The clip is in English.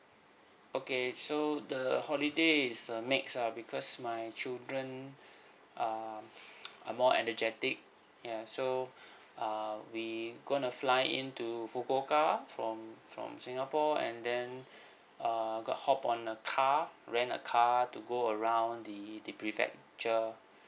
okay so the holiday is a mix ah because my children um are more energetic ya so uh we going to fly into fukuoka from from singapore and then err got hop on a car rent a car to go around the the prefecture